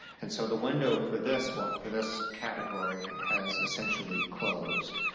and so the window for this one, for this category, has, essentially, closed.